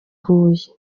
huye